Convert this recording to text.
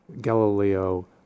Galileo